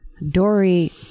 Dory